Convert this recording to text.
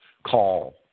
Call